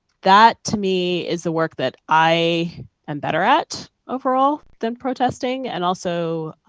that, to me, is the work that i am better at overall than protesting, and also